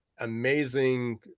amazing